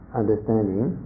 understanding